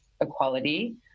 equality